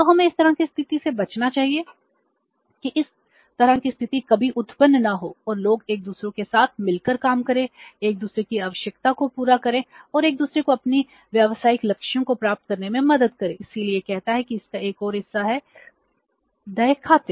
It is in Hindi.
तो हमें इस तरह की स्थिति से बचना चाहिए कि इस तरह की स्थिति कभी उत्पन्न न हो और लोग एक दूसरे के साथ मिलकर काम करें एक दूसरे की आवश्यकता को पूरा करें और एक दूसरे को अपने व्यावसायिक लक्ष्यों को प्राप्त करने में मदद करें इसलिए यह कहना है कि इसका एक और हिस्सा है देय खाते